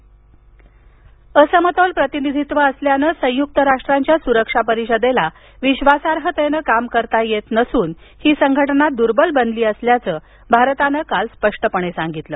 सुरक्षा परिषद असमतोल प्रतिनिधित्व असल्यानं संयुक्त राष्ट्रांच्या सुरक्षा परिषदेला विश्वासार्हतेनं काम करता येत नसून ही संघटना दुर्बल बनली असल्याचं भारतानं काल स्पष्टपणे सांगितलं